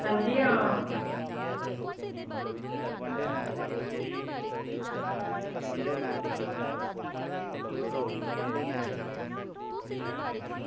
अंजी आं